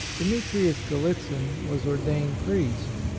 demetrius gallitzin was ordained priest,